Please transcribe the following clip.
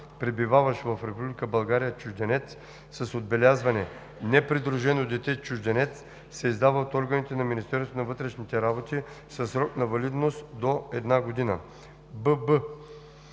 пребиваващ в Република България чужденец с отбелязване „непридружено дете чужденец“ – издава се от органите на Министерството на вътрешните работи със срок на валидност до една година.“;